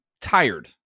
tired